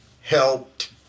helped